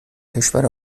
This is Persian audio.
کشور